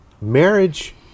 Marriage